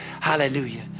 Hallelujah